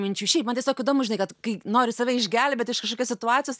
minčių šiaip man tiesiog įdomu žinai kad kai nori save išgelbėti iš kažkokios situacijos